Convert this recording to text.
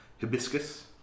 hibiscus